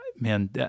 Man